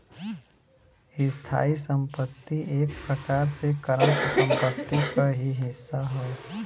स्थायी संपत्ति एक प्रकार से करंट संपत्ति क ही हिस्सा हौ